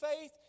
faith